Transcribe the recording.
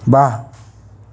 वाह्